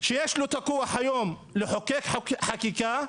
שיש לו הכוח היום לחוקק חקיקה,